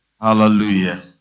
Hallelujah